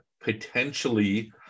potentially